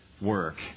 work